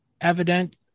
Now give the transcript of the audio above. evident